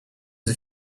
the